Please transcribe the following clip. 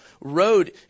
road